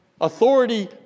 authority